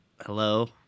hello